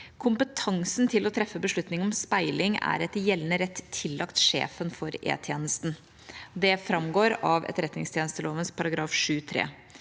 Kompetansen til å treffe beslutning om speiling er etter gjeldende rett tillagt sjefen for E-tjenesten. Det framgår av etterretningstjenesteloven § 7-3.